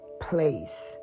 place